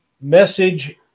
message